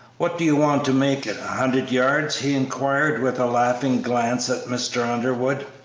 what do you want to make it, a hundred yards? he inquired, with a laughing glance at mr. underwood.